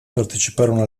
parteciparono